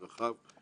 זה דבר אחד.